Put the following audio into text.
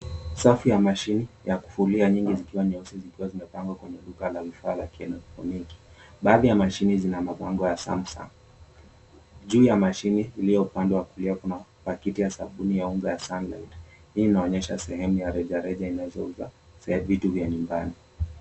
Safu ya mashini ya kuvutia nyingi zikiwa nyeusi zimepangwa kwenye duka la kielekronimi. Baadhi ya mashini zina mabango ya Samsung. Juu ya uliopangwa pia kuna pakiti ya unga ya Sunlight hii inaonyesha sehemu reja reja inayouza vitu vya nyumbani.